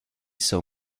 sur